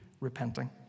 repenting